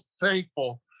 thankful